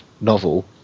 novel